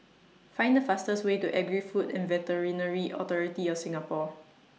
Find The fastest Way to Agri Food and Veterinary Authority of Singapore